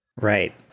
right